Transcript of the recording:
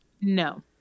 No